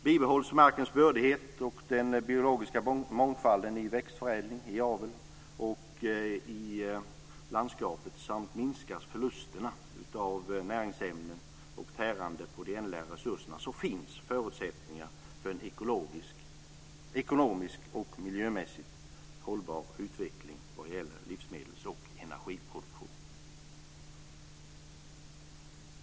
Bibehålls markens bördighet och den biologiska mångfalden i växtförädling, i avel och i landskapet samt minskas förlusterna av näringsämnen och tärandet på de ändliga resurserna, finns det förutsättningar för en ekonomiskt och miljömässigt hållbar utveckling vad gäller livsmedels och energiproduktion.